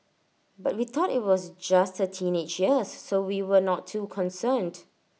but we thought IT was just her teenage years so we were not too concerned